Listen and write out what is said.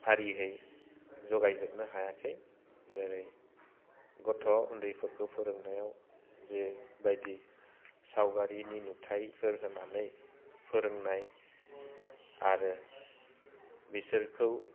फरियै ज'गायजोबनो हायाखै जेरै गथ' उन्दैफोरखौ फोरोंनायाव जे बायदि सावगारिनि नुथाइफोर होनानै फोरोंनाय आरो बिसोरखौ